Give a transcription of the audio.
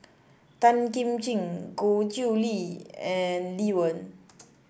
Tan Kim Ching Goh Chiew Lye and Lee Wen